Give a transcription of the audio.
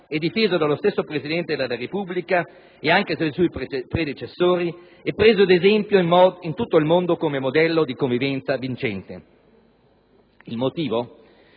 e difeso dallo stesso Presidente della Repubblica e anche dai suoi predecessori e preso ad esempio in tutto il mondo come modello di convivenza vincente. Il motivo